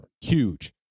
Huge